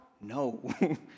No